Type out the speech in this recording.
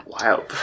Wild